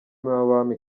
w’abami